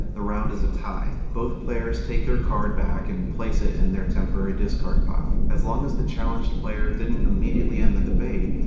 the round is a tie. both players take their card back and place it in their temporary discard pile. as long as the challenged player didn't immediately end the debate,